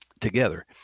together